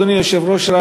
אדוני היושב-ראש,